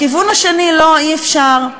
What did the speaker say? לכיוון השני, לא, אי-אפשר.